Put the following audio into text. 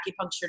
acupuncture